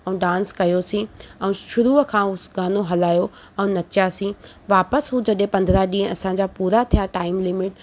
ऐं डांस कयोसीं ऐं शरूअ खां उहा गानो हलायो ऐं नचियासीं वापसि हू जॾहिं हू पंद्रहं ॾींहं असांजा पूरा थिया टाइम लीमिट